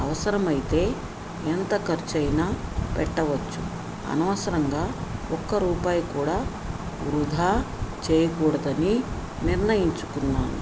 అవసరమైతే ఎంత ఖర్చైనా పెట్టవచ్చు అనవసరంగా ఒక్క రూపాయి కూడా వృధా చెయ్యకూడదని నిర్ణయించుకున్నాను